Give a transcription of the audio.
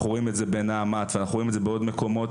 אנחנו רואים את זה בנעמ"ת ובעוד מקומות,